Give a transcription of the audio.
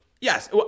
Yes